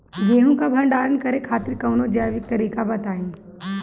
गेहूँ क भंडारण करे खातिर कवनो जैविक तरीका बताईं?